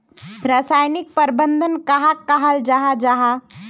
रासायनिक प्रबंधन कहाक कहाल जाहा जाहा?